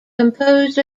composed